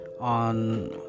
on